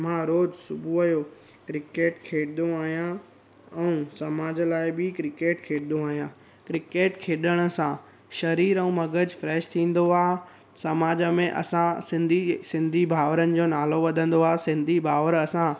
मां रोज सुबुह जो क्रिकेट खेॾंदो आहियां ऐं सामाज लाइ बि क्रिकेट खेॾंदो आहियां क्रिकेट खेॾण सां शरीर ऐं मगज फ्रैश थींदो आहे सामाज में असां सिंधी सिंधी भाउरनि जो नालो वधंदो आ सिंधी भाउर असां